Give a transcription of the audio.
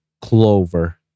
Clover